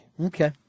okay